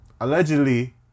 Allegedly